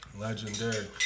Legendary